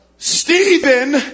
Stephen